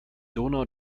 donau